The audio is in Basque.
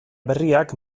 berriak